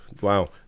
wow